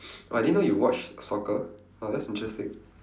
oh I didn't know that you watch soccer !wow! that's interesting